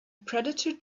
predator